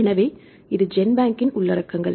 எனவே இது ஜென்பேங்கின் உள்ளடக்கங்கள்